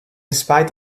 spite